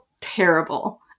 terrible